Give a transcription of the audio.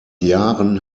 jahren